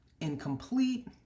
incomplete